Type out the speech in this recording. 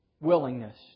willingness